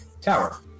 Tower